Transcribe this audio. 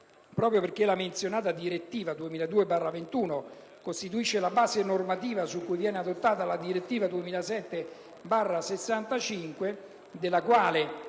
proprio perché la menzionata direttiva 2002/21/CE costituisce la base normativa su cui viene adottata la direttiva 2007/65/CE, della quale